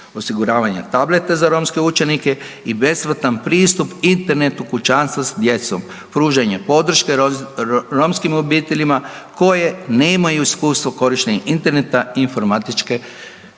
osiguravanje tableta za romske učenike i besplatan pristup internetu kućanstva s djecom, pružanja podrške romskim obiteljima koje nemaju iskustvo korištenja interneta i informatičke opreme.